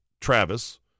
travis